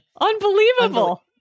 Unbelievable